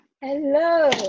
hello